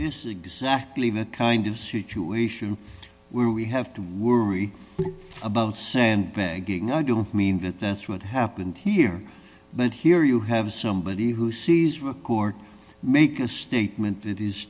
this exactly the kind of situation where we have to worry about sandbagging i don't mean that that's what happened here but here you have somebody who sees record make a statement that is